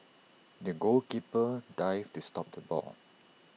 the goalkeeper dived to stop the ball